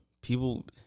People